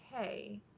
okay